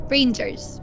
Rangers